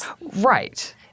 Right